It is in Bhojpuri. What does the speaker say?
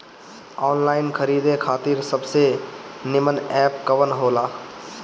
आनलाइन खरीदे खातिर सबसे नीमन एप कवन हो ला?